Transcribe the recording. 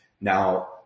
Now